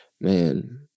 Man